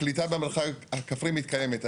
הקליטה במרחב הכפרי מתקיימת.